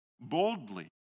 boldly